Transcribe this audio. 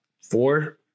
four